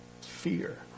Fear